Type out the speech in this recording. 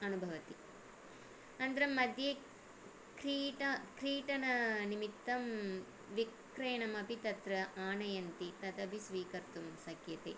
अनुभवन्ति अनन्तरम्मध्ये क्रीड क्रीडननिमित्तं विक्रयणमपि तत्र आनयन्ति तदापि स्वीकर्तुं शक्यते